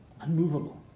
unmovable